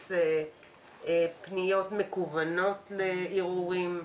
בהכנסת פניות מקוונות לערעורים,